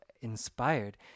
inspired